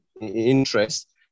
interest